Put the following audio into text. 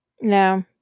No